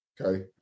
Okay